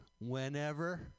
whenever